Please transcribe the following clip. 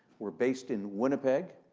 we're based in winnipeg,